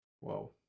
Whoa